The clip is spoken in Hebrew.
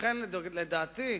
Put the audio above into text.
לכן, לדעתי,